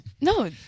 No